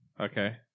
Okay